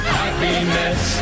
happiness